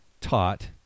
taught